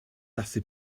dathlu